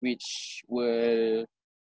which will